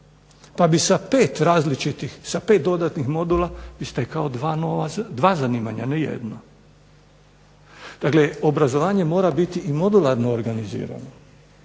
i autolimara, pa bi sa 5 dodatnih modula stekao dva zanimanja, ne jedno. Dakle, obrazovanje mora biti i modularno organizirani,